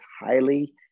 highly